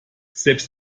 selbst